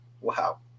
Wow